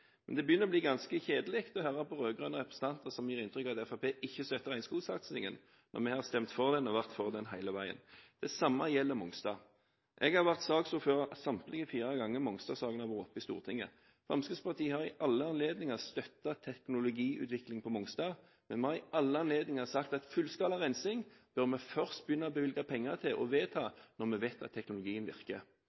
Men det begynner å bli ganske kjedelig å høre på rød-grønne representanter som gir inntrykk av at Fremskrittspartiet ikke støtter regnskogsatsingen, når vi har stemt for den og vært for den hele tiden. Det samme gjelder Mongstad. Jeg har vært saksordfører samtlige fire ganger som Mongstad-saken har vært oppe i Stortinget. Fremskrittspartiet har ved alle anledninger støttet teknologiutvikling på Mongstad, men vi har ved alle anledninger sagt at fullskala rensing bør vi først begynne å bevilge penger til, og vedta, når vi vet at teknologien virker.